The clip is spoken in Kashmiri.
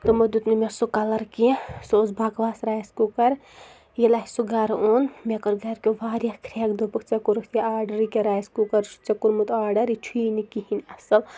تِمو دیُت نہٕ مےٚ سُہ کَلَر کینٛہہ سُہ اوس بَکواس رایِس کُکَر ییٚلہِ اَسہِ سُہ گَرٕ اوٚن مےٚ کٔر گَرِکیٚو واریاہ کھرٛیٚکھ دوٚپُکھ ژےٚ کوٚرُتھ یہِ آرڈَر یہِ کیٛاہ رایِس کُکَر چھُ ژےٚ کوٚرمُت آرڈَر یہِ چھُیی نہٕ کِہیٖنۍ اَصٕل